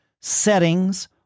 settings